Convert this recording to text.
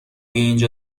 اینجا